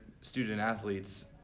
student-athletes